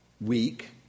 weak